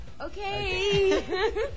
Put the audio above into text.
Okay